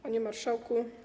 Panie Marszałku!